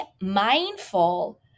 mindful